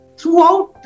Throughout